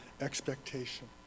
expectation